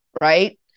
Right